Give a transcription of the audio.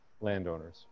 landowners